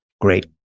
Great